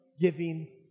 giving